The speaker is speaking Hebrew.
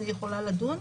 אני יכולה לדון.